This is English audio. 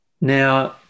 Now